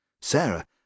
Sarah